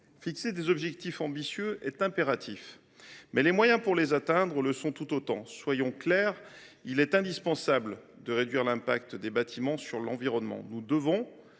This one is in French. fixer des objectifs ambitieux est impératif, mais se donner les moyens de les atteindre l’est tout autant. Soyons clairs : il est indispensable de réduire les répercussions des bâtiments sur l’environnement. Nous devons